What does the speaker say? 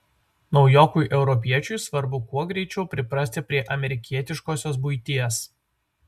naujokui europiečiui svarbu kuo greičiau priprasti prie amerikietiškosios buities